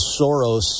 Soros